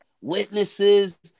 Witnesses